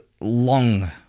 long